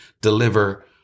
Deliver